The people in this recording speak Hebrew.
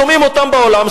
שומעים אותם בעולם,